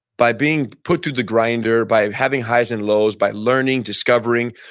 by being put to the grinder, by having highs and lows, by learning, discovering,